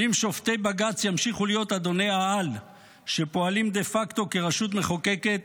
ואם שופטי בג"ץ ימשיכו להיות אדוני-העל שפועלים דה פקטו כרשות מחוקקת